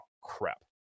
crap